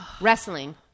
Wrestling